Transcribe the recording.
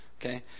Okay